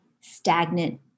stagnant